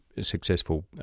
successful